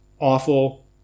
awful